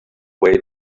way